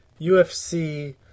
UFC